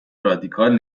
رادیکال